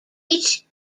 each